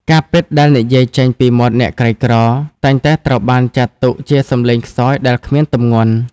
ការពិតដែលនិយាយចេញពីមាត់អ្នកក្រីក្រ តែងតែត្រូវបានចាត់ទុកជាសំឡេងខ្សោយដែលគ្មានទម្ងន់។